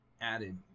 added